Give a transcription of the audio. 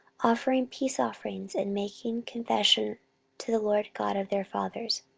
offering peace offerings, and making confession to the lord god of their fathers.